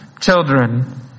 children